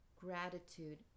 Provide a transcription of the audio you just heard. gratitude